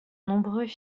nombreux